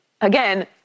again